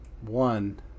One